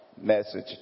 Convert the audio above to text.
message